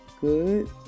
good